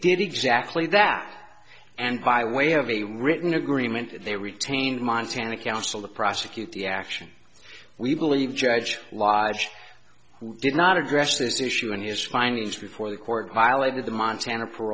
did exactly that and by way of a written agreement they retained montana counsel to prosecute the action we believe judge live who did not address this issue in his findings before the court violated the montana